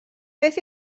beth